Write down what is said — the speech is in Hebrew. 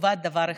לטובת דבר אחד: